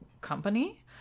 company